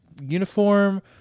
uniform